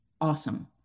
awesome